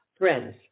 Friends